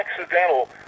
accidental